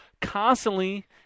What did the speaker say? constantly